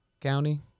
County